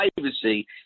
privacy